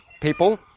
people